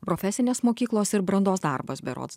profesinės mokyklos ir brandos darbas berods dar yra